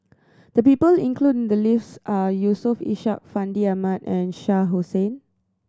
the people included in the list are Yusof Ishak Fandi Ahmad and Shah Hussain